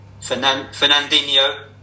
Fernandinho